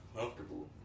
Comfortable